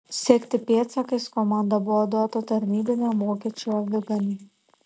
sekti pėdsakais komanda buvo duota tarnybiniam vokiečių aviganiui